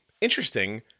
Interesting